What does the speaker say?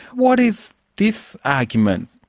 what is this argument?